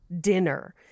dinner